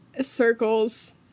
circles